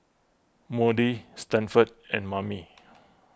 Maudie Stanford and Mammie